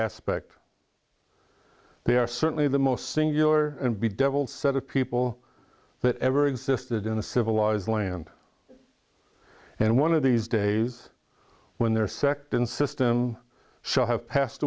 aspect they are certainly the most singular and be devil set of people that ever existed in the civil laws land and one of these days when their sect in system shall have passed